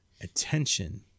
attention